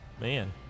Man